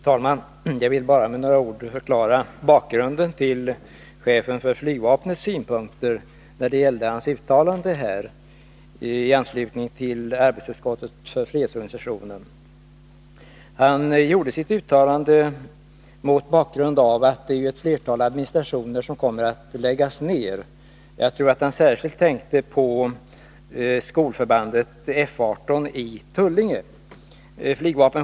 Fru talman! Jag vill bara med några ord förklara bakgrunden till flygvapenchefens synpunkter i hans uttalande i anslutning till den PM som arbetsutskottet för fredsorganisationsfrågor gett ut. Chefen för flygvapnet gjorde sitt uttalande mot bakgrund av att ett flertal administrationer kommer att läggas ned. Jag tror att han särskilt tänkte på skolförbandet F 18 i Tullinge.